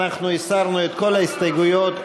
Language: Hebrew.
הסרנו את כל ההסתייגויות,